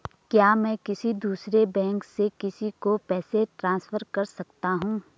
क्या मैं किसी दूसरे बैंक से किसी को पैसे ट्रांसफर कर सकता हूँ?